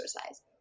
exercise